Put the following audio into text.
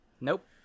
Nope